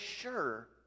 sure